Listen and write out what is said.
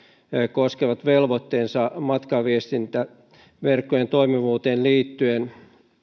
koskevat velvoitteensa matkaviestintäverkkojen toimivuuteen liittyen